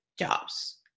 Jobs